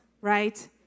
right